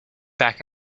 back